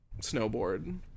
snowboard